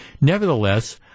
Nevertheless